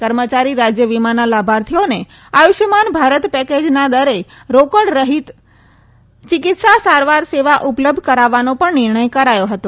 કર્મચારી રાજય વીમાના લાભાર્થીઓને આયુષ્માન ભારત પેકેજના દરે રોકડ રહિત ચિકિત્સા સારવાર સેવા ઉપલબ્ધ કરાવાનો પણ નિર્ણથ કરાયો હતો